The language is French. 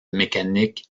mécanique